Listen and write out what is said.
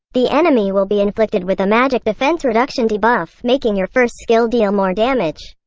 the enemy will be inflicted with the magic defense reduction debuff, making your first skill deal more damage.